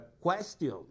question